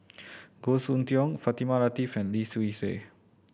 Goh Soon Tioe Fatimah Lateef and Lim Swee Say